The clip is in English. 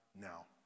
now